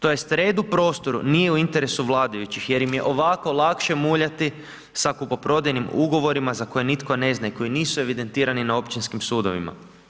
Tj. red u prostoru nije u interesu vladajućih, jer ih im je ovako lakše muljati sa kupoprodajnim ugovorima, za koje nitko ne zna i koji nisu evidentirani na općinskim sudovima.